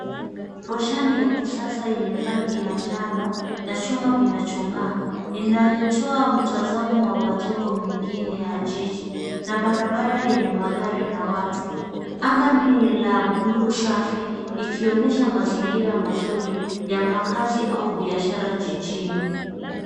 Roshani ya kisasa yenye rangi ya njano na chuma kinachong'aa inayotoa mtazamo wa majengo mengine ya jiji na barabara yenye magari na watu. Anga ni la bluu safi ikionyesha mazingira mazuri ya makazi au biashara jijini.